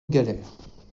galères